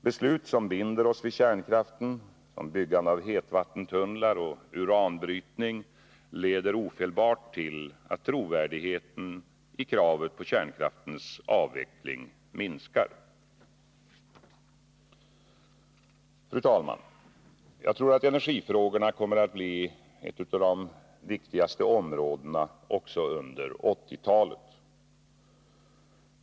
Beslut som binder oss vid kärnkraften, såsom byggande av hetvattentunnlar och uranbrytning, leder ofelbart till att trovärdigheten i kravet på kärnkraftens avveckling minskar. Fru talman! Jag tror att energifrågorna kommer att bli ett av de viktigaste områdena också under 1980-talet.